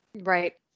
right